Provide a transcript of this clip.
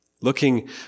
looking